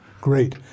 Great